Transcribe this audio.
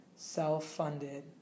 self-funded